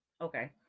Okay